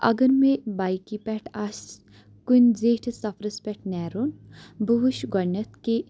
اگر مےٚ بایکہِ پٮ۪ٹھ آسہِ کُنہِ زیٹھِس سفرس پٮ۪ٹھ نیرُن بہٕ وُچھ گۄڈنٮ۪تھ کہِ